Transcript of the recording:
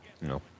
No